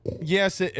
Yes